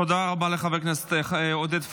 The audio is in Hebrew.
תודה רבה לחבר הכנסת עודד פורר.